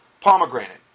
Pomegranate